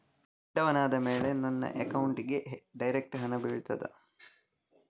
ದೊಡ್ಡವನಾದ ಮೇಲೆ ನನ್ನ ಅಕೌಂಟ್ಗೆ ಡೈರೆಕ್ಟ್ ಹಣ ಬೀಳ್ತದಾ?